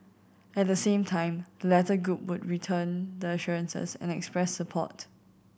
at the same time the latter group would return the assurances and express support